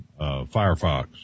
Firefox